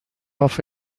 off